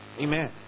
Amen